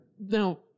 Now